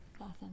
Awesome